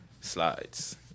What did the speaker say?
Slides